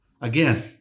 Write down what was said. again